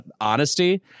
honesty